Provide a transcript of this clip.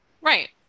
Right